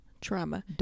Trauma